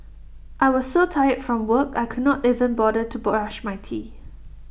I was so tired from work I could not even bother to brush my teeth